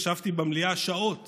ישבתי במליאה שעות